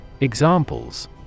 Examples